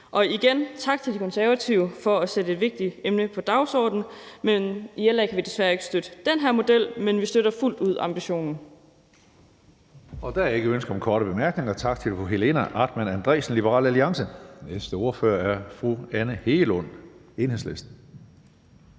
jeg sige tak til De Konservative for at sætte et vigtigt emne på dagsordenen. I LA kan vi desværre ikke støtte den her model, men vi støtter fuldt ud ambitionen.